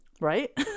Right